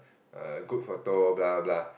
a good photo blah blah blah